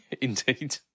Indeed